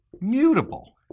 mutable